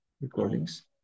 recordings